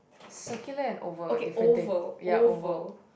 circular and oval different thing ya oval